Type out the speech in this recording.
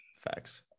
Facts